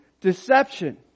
deception